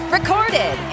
Recorded